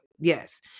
Yes